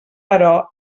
però